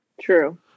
True